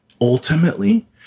ultimately